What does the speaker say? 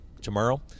tomorrow